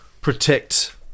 protect